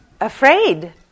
afraid